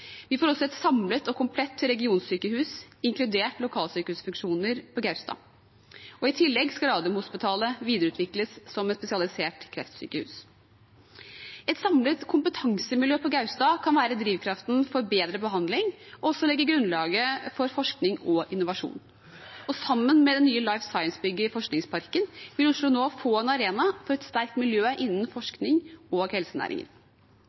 Vi får også et samlet og komplett regionsykehus, inkludert lokalsykehusfunksjoner, på Gaustad, og i tillegg skal Radiumhospitalet videreutvikles som et spesialisert kreftsykehus. Et samlet kompetansemiljø på Gaustad kan være drivkraften for bedre behandling og også legge grunnlaget for forskning og innovasjon. Sammen med det nye Life Science-bygget i Forskningsparken vil Oslo nå få en arena for et sterkt miljø innen forskning og helsenæringen.